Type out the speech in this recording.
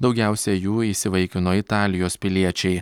daugiausia jų įsivaikino italijos piliečiai